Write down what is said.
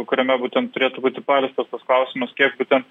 kuriame būtent turėtų būti paleistas tas klausimas kiek būtent